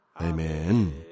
Amen